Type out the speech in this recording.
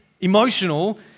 emotional